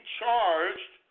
charged